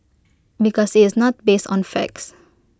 because it's not based on facts